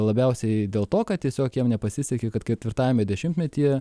labiausiai dėl to kad tiesiog jiem nepasisekė kad ketvirtajame dešimtmetyje